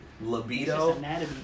libido